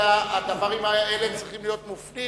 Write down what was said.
אלא הדברים האלה צריכים להיות מופנים